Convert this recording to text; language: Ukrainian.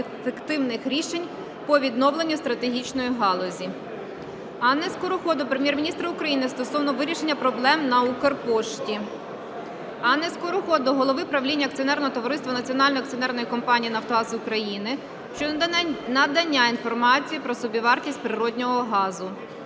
високоефективних рішень по відновленню стратегічної галузі. Анни Скороход до Прем'єр-міністра України стосовно вирішення проблем на Укрпошті. Анни Скороход до Голови правління акціонерного товариства "Національної акціонерної компанії "Нафтогаз України" щодо надання інформації про собівартість природного газу.